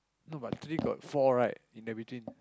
no but three got four right in the between